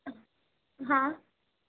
હા